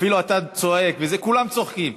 אפילו אתה צועק וזה, כולם צוחקים.